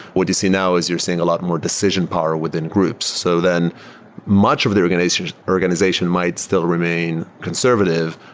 what you see now is you're seeing a lot more decision power within groups. so then much of the organization organization might still remain conservative,